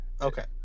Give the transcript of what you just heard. Okay